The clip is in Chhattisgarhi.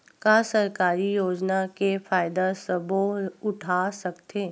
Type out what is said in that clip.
का सरकारी योजना के फ़ायदा सबो उठा सकथे?